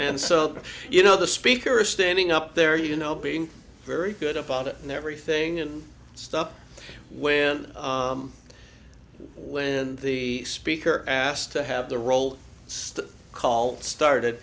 and so you know the speaker standing up there you know being very good about it and everything and stuff when when the speaker asked to have the roll let's call it started